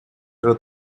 her